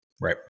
Right